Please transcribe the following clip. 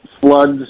floods